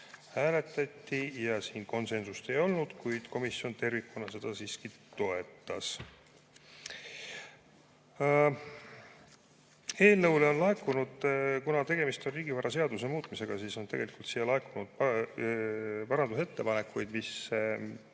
hääletati ja siin konsensust ei olnud, kuid komisjon tervikuna seda siiski toetas. Kuna tegemist on riigivaraseaduse muutmisega, siis on tegelikult siia laekunud parandusettepanekuid, mis